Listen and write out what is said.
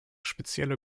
spezielle